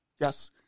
Yes